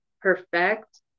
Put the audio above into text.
perfect